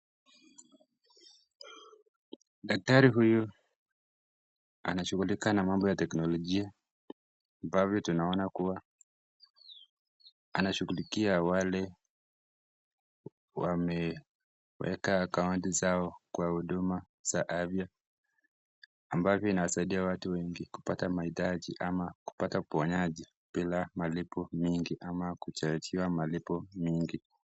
Daktari huyu anashughulika na mambo ya teknologia ambavyo tunaona kuwa anashughulika wale wameweka kaunti zao kwa huduma za afya, ambavyo inasaidia watu wengi kupata maitaji ama kupata uponyaji bila malipo nyigi ama kutarajia malipo nyingi.